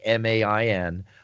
MAIN